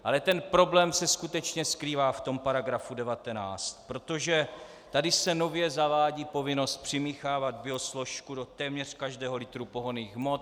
Ale ten problém se skutečně skrývá v § 19, protože se tady nově zavádí povinnost přimíchávat biosložku do téměř každého litru pohonných hmot.